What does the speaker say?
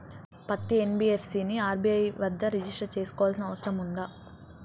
పత్తి ఎన్.బి.ఎఫ్.సి ని ఆర్.బి.ఐ వద్ద రిజిష్టర్ చేసుకోవాల్సిన అవసరం ఉందా?